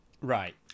Right